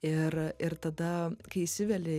ir ir tada kai įsiveli